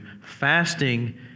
Fasting